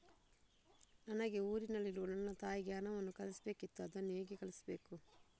ನನಗೆ ಊರಲ್ಲಿರುವ ನನ್ನ ತಾಯಿಗೆ ಹಣವನ್ನು ಕಳಿಸ್ಬೇಕಿತ್ತು, ಅದನ್ನು ಹೇಗೆ ಕಳಿಸ್ಬೇಕು?